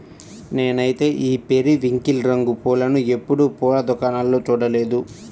నేనైతే ఈ పెరివింకిల్ రంగు పూలను ఎప్పుడు పూల దుకాణాల్లో చూడలేదు